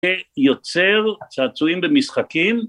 ‫יוצר צעצועים במשחקים.